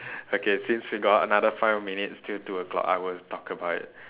okay since we got another more five minutes till two o-clock I will talk about it